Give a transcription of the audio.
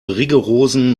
rigorosen